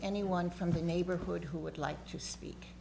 anyone from the neighborhood who would like to speak